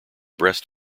breast